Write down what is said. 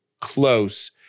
close